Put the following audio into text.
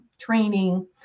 training